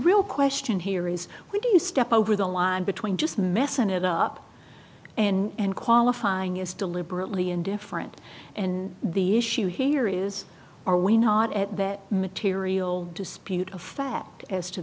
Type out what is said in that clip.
real question here is when do you step over the line between just messing it up and qualifying is deliberately indifferent and the issue here is are we not at that material dispute of fact as to